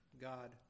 God